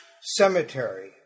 cemetery